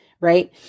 right